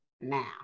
now